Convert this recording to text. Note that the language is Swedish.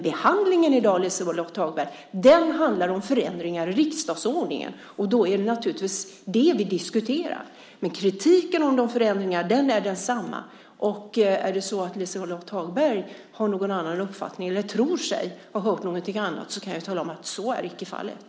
Behandlingen i dag, Liselott Hagberg, handlar om förändringar i riksdagsordningen. Och då är det naturligtvis det som vi diskuterar. Men kritiken mot förändringarna är densamma. Och om Liselott Hagberg har någon annan uppfattning eller tror sig ha hört någonting annat kan jag tala om att så är icke fallet.